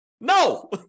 No